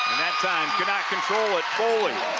um could not control it foley